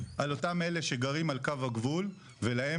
על אותם אלה שגרים על קו הגבול ולהם